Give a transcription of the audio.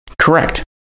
Correct